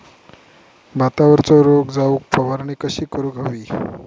भातावरचो रोग जाऊक फवारणी कशी करूक हवी?